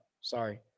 Sorry